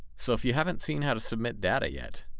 so if you haven't seen how to submit data yet,